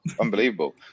unbelievable